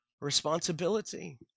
responsibility